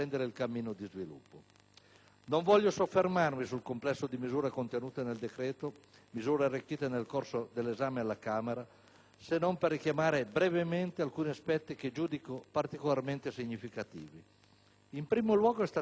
Non voglio soffermarmi sul complesso di misure contenute nel decreto ed arricchite nel corso dell'esame alla Camera se non per richiamare brevemente alcuni aspetti che giudico particolarmente significativi. In primo luogo, è stata resa strutturale